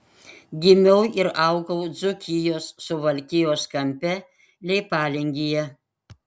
gimiau ir augau dzūkijos suvalkijos kampe leipalingyje